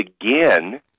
again